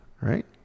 Right